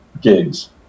gigs